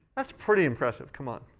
that's pretty impressive. come on.